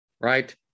right